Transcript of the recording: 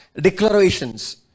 declarations